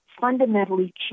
fundamentally